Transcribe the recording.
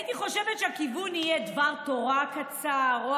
הייתי חושבת שהכיוון יהיה דבר תורה קצר או